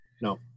No